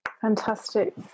Fantastic